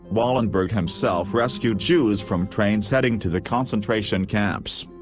wallenberg himself rescued jews from trains heading to the concentration camps.